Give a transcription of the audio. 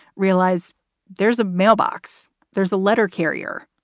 realize there's a mailbox. there's a letter carrier.